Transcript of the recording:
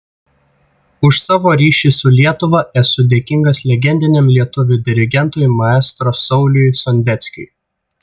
už savo ryšį su lietuva esu dėkingas legendiniam lietuvių dirigentui maestro sauliui sondeckiui